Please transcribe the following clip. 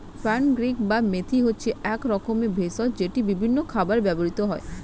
fenugreek বা মেথি হচ্ছে এক রকমের ভেষজ যেটি বিভিন্ন খাবারে ব্যবহৃত হয়